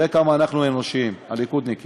זה חשוב, תראה כמה אנחנו אנושיים, הליכודניקים,